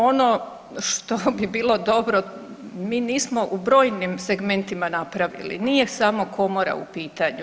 Ono što bi bilo dobro, mi nismo u brojnim segmentima napravili, nije samo Komora u pitanju.